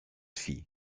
vieh